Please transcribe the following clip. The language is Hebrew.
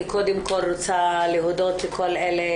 אני קודם כל רוצה להודות לכל אלה